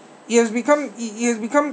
it has become it it has become